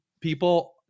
people